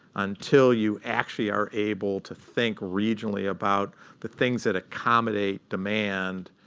until you actually are able to think regionally about the things that accommodate demand,